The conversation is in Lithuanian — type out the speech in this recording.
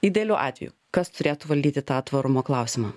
idealiu atveju kas turėtų valdyti tą tvarumo klausimą